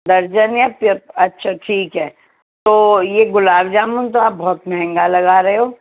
درجن یا پی اچھا ٹھیک ہے تو یہ گلاب جامن تو آپ بہت مہنگا لگا رہے ہو